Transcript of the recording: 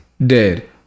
dead